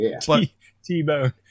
T-Bone